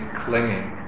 clinging